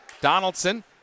Donaldson